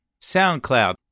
SoundCloud